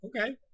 Okay